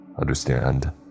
Understand